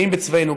גאים בצבאנו,